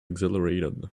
exhilarated